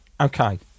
Okay